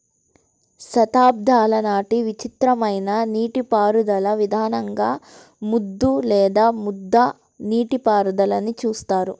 శతాబ్దాల నాటి విచిత్రమైన నీటిపారుదల విధానంగా ముద్దు లేదా ముద్ద నీటిపారుదలని చూస్తారు